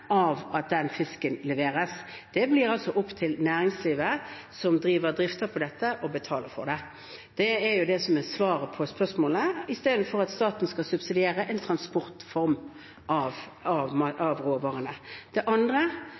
av én enkelt subsidie for å tilført det. Da må de faktisk betale for tilføringen til fiskerne, for at den fisken leveres. Det blir altså opp til næringslivet som drifter dette, å betale for det. Det er jo det som er svaret på spørsmålet, istedenfor at staten skal subsidiere en transportform av råvarene.